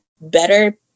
better